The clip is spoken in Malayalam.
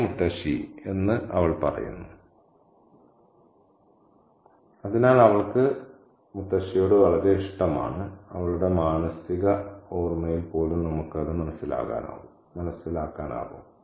പ്രിയ മുത്തശ്ശി എന്ന് അവൾ പറയുന്നു അതിനാൽ അവൾക്ക് അവളോട് വളരെ ഇഷ്ടമാണ് അവളുടെ മാനസിക ഓർമ്മയിൽ പോലും നമുക്ക് അത് മനസ്സിലാക്കാനാകും